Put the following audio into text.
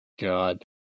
god